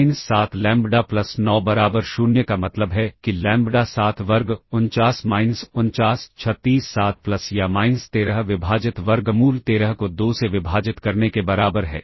minus 7 lambda plus 9 बराबर 0 का मतलब है कि लैम्ब्डा 7 वर्ग 49 माइनस 49 36 7 प्लस या माइनस 13 विभाजित वर्गमूल 13 को 2 से विभाजित करने के बराबर है